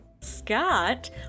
Scott